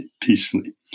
peacefully